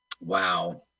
Wow